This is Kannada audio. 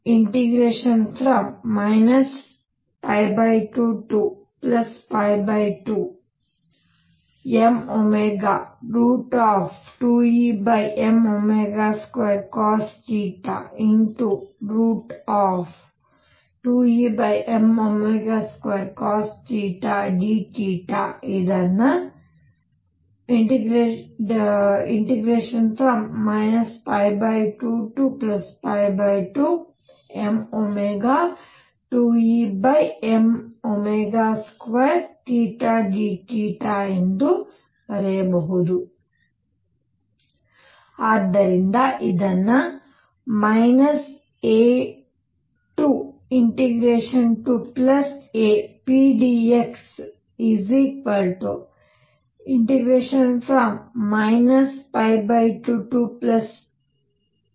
2 2 mω2Em2 cosθ2Em2 cosθ dθ ಇದನ್ನು 2 2 mω2Em2 θ dθಬರೆಯಬಹುದು